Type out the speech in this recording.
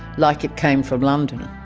like it came from london.